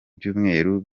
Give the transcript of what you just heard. byumweru